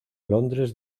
londres